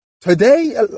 today